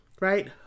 right